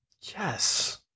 Yes